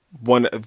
one